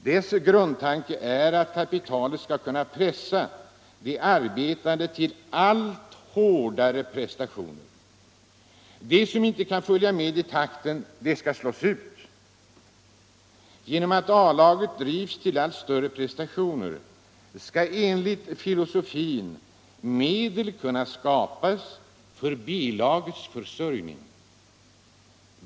Dess grundtanke är att kapitalet skall kunna pressa de arbetande till allt hårdare prestationer. De som inte kan följa med i takten skall slås ut. Genom att A-laget drivs till allt större prestationer skall, enligt filosofin, medel kunna skapas för B-lagets försörjning.